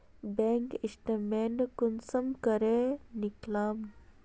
Bank statement कुंसम करे निकलाम?